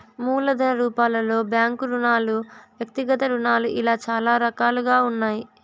మూలధన రూపాలలో బ్యాంకు రుణాలు వ్యక్తిగత రుణాలు ఇలా చాలా రకాలుగా ఉన్నాయి